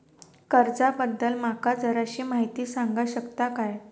कर्जा बद्दल माका जराशी माहिती सांगा शकता काय?